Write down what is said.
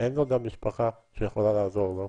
אין לו גם משפחה שיכולה לעזור לו,